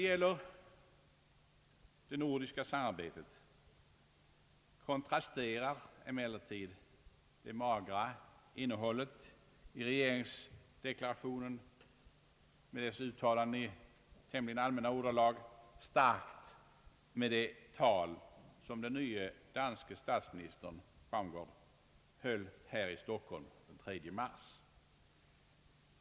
Där kontrasterar emellertid det magra innehållet i regeringsdeklarationen med dess uttalanden i allmänna ordalag starkt mot det tal som den nye danske statsministern Baunsgaard höll här i Stockhokhn den 3 mars.